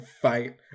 fight